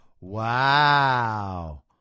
Wow